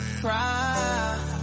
Cry